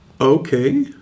okay